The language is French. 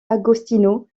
agostino